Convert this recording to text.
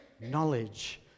knowledge